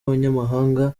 abanyamahanga